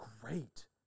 great